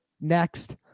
next